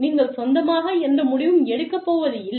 நீங்கள் சொந்தமாக எந்த முடிவும் எடுக்கப்போவது இல்லை